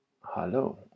Hello